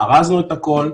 ארזנו את הכול,